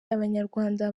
abanyarwanda